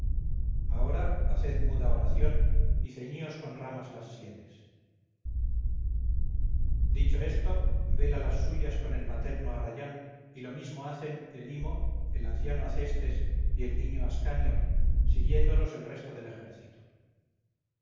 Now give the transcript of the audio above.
ahora haced muda oración y ceñíos con ramas las sienes dicho esto vela las suyas con el materno arrayán y lo mismo hacen helimo el anciano acestes y el niño ascanio siguiéndolos el resto del ejército